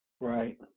Right